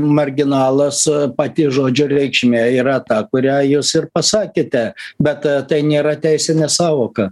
marginalas pati žodžio reikšmė yra ta kurią jūs ir pasakėte bet tai nėra teisinė sąvoka